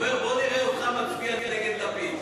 הוא אומר: בוא נראה אותך מצביע נגד לפיד.